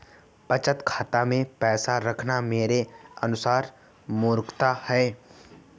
बचत खाता मैं पैसा रखना मेरे अनुसार मूर्खता है